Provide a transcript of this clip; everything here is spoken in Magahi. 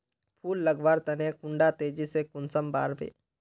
फुल लगवार तने कुंडा तेजी से कुंसम बार वे?